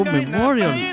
Memorial